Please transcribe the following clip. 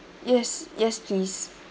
yes yes please